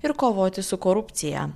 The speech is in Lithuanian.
ir kovoti su korupcija